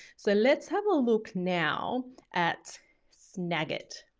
so let's have a look now at snagit.